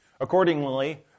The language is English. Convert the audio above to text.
Accordingly